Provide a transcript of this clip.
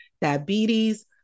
diabetes